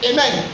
Amen